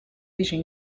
vision